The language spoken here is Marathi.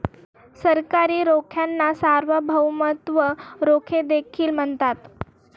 सरकारी रोख्यांना सार्वभौमत्व रोखे देखील म्हणतात